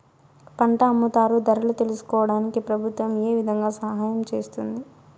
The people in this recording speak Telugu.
పంట అమ్ముతారు ధరలు తెలుసుకోవడానికి ప్రభుత్వం ఏ విధంగా సహాయం చేస్తుంది?